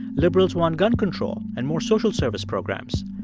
liberals want gun control and more social service programs.